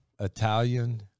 italian